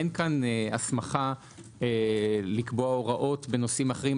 אין פה הסמכה לקבוע הוראות בנושאים אחרים.